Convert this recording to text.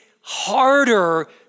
harder